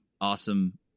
awesome